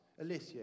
Alicia